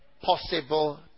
possible